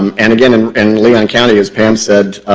um and again, in in leon county, as pam said,